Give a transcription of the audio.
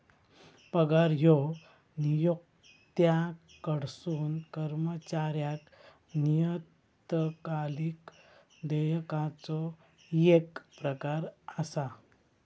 पगार ह्यो नियोक्त्याकडसून कर्मचाऱ्याक नियतकालिक देयकाचो येक प्रकार असा